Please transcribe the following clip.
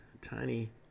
tiny